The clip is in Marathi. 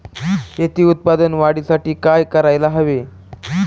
शेतीच्या उत्पादन वाढीसाठी काय करायला हवे?